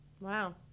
Wow